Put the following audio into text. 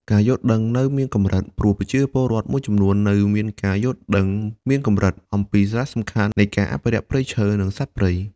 ការយល់ដឹងនៅមានកម្រិត ព្រោះប្រជាពលរដ្ឋមួយចំនួននៅមានការយល់ដឹងមានកម្រិតអំពីសារៈសំខាន់នៃការអភិរក្សព្រៃឈើ និងសត្វព្រៃ។